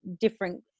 different